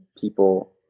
people